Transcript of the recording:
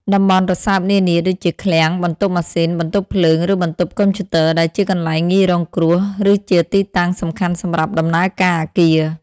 តំបន់រសើបនានា ដូចជា ឃ្លាំង បន្ទប់ម៉ាស៊ីន បន្ទប់ភ្លើង ឬបន្ទប់កុំព្យូទ័រ ដែលជាកន្លែងងាយរងគ្រោះ ឬជាទីតាំងសំខាន់សម្រាប់ដំណើរការអគារ។